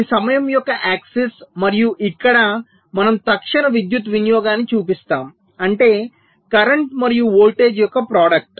ఇది సమయం యొక్క యాక్సెస్ మరియు ఇక్కడ మనము తక్షణ విద్యుత్ వినియోగాన్ని చూపిస్తాము అంటే కరెంటు మరియు వోల్టేజ్ యొక్క ప్రోడక్ట్